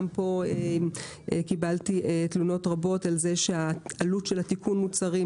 גם פה קיבלתי תלונות רבות על כך שעלות תיקון המוצרים